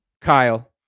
Kyle